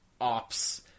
ops